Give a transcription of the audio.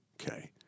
okay